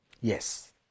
Yes